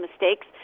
mistakes